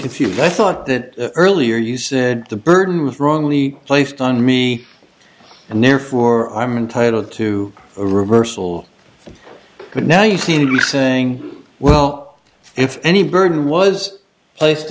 confused bethought that earlier you said the burden of wrongly placed on me and therefore i'm entitled to a reversal but now you seem to be saying well if any burden was placed